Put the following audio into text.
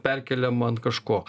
perkeliama ant kažko